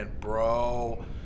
bro